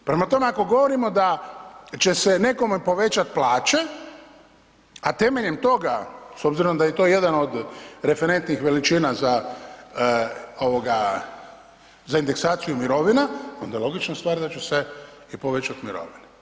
Prema tome, ako govorimo da će se nekome povećati plaće, a temeljem toga s obzirom da je to jedan od referentnih veličina za indeksaciju mirovina onda je logična stvar da će se i povećati mirovine.